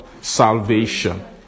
salvation